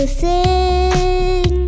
sing